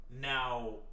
now